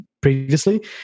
previously